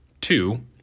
Two